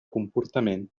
comportament